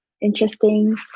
interesting